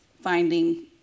finding